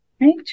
Right